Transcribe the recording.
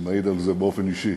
אני מעיד על זה באופן אישי,